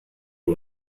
wir